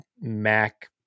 Mac